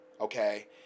okay